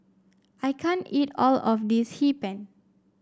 I can't eat all of this Hee Pan